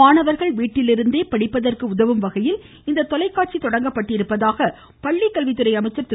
மாணவர்கள் வீட்டிலிருந்தே படிப்பதற்கு உதவும்வகையில் இந்த தொலைக்காட்சி தொடங்கப்பட்டிருப்பதாக பள்ளிக்கல்வித்துறை அமைச்சர் திரு